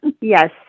Yes